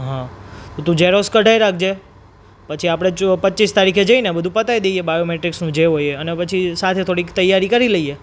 હં તો તું ઝેરોક્સ કઢાવી રાખજે પછી આપણે ચો પચીસ તારીખે જઈને બધું પતાવી દઈએ બાયોમેટ્રિક્સનું જે હોય એ અને પછી સાંજે થોડીક તૈયારી કરી લઈએ